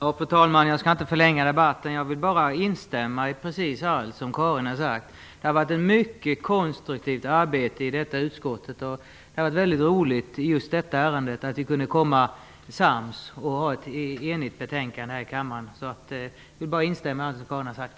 Fru talman! Jag skall inte förlänga debatten. Jag vill bara instämma i precis allt som Carin Lundberg har sagt. Det har varit ett mycket konstruktivt arbete i detta utskott. Det har varit mycket roligt att vi just i detta ärende kunde komma sams och utforma ett enigt betänkande att lägga fram här i kammaren. Jag vill bara instämma i det Carin Lundberg har sagt.